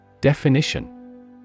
Definition